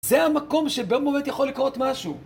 זה המקום שבאמת יכול לקרות משהו.